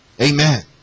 Amen